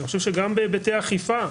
גם בהביטי אכיפה,